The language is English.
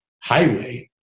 highway